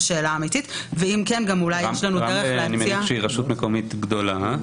רמלה היא רשות מקומית גדולה,